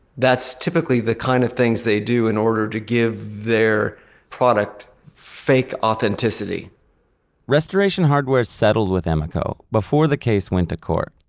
that's typically the kind of things they do in order to give their product, a fake authenticity restoration hardware settled with emeco before the case went to court.